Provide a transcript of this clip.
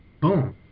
boom